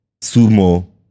Sumo